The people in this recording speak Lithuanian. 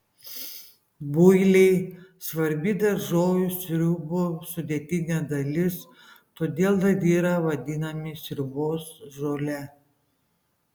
builiai svarbi daržovių sriubų sudėtinė dalis todėl dar yra vadinami sriubos žole